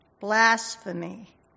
blasphemy